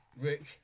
Rick